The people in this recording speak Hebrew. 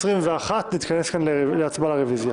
נתכנס כאן לרביזיה